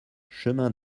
chemin